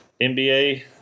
NBA